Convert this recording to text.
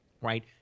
right